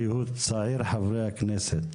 כי הוא צעיר חברי הכנסת.